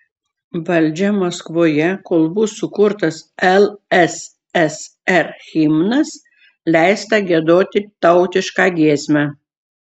valdžia maskvoje kol bus sukurtas lssr himnas leista giedoti tautišką giesmę